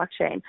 blockchain